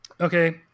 Okay